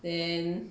then